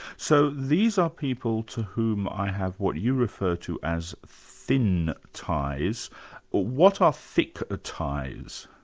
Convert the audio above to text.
so these are people to whom i have what you refer to as thin ties what are thick ah ties?